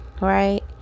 right